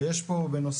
ויש פה בנוסף,